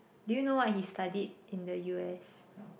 do you know what he studied in the U_S